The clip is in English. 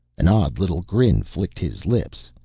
an odd little grin flicked his lips,